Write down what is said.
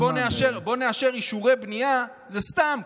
להגיד "בואו נאשר אישורי בנייה" זה סתם,